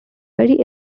very